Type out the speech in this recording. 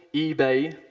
ebay,